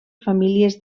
famílies